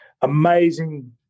amazing